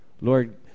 Lord